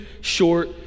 short